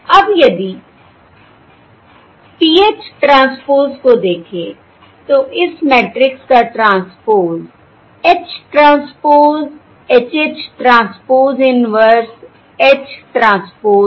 अब यदि PH transpose को देखें तो इस मैट्रिक्स का transpose H transpose H H transpose inverse H transpose है